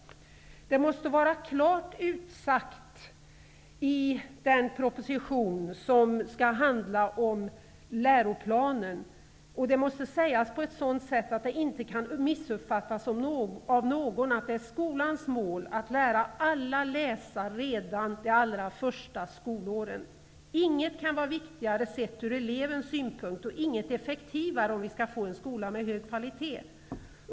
Det måste vara klart utsagt i den proposition som skall handla om läroplanen, och det måste sägas på ett sådant sätt att det inte kan missuppfattas av någon, att det är skolans mål att lära alla att läsa redan de allra första skolåren. Inget kan vara viktigare sett ur elevens synpunkt och inget effektivare, om vi skall få en skola med hög kvalitet.